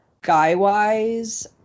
Guy-wise